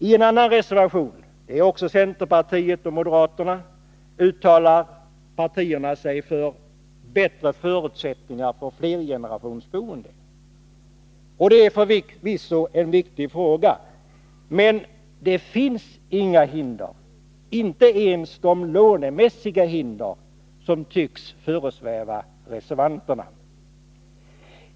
I en annan reservation uttalar sig centerpartiet och moderaterna för bättre förutsättningar för flergenerationsboende, och det är förvisso en viktig fråga. Men det finns inga hinder för sådant boende, inte ens lånemässiga, vilket tycks föresväva reservanterna.